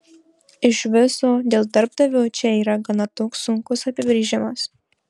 iš viso dėl darbdavio čia yra gana toks sunkus apibrėžimas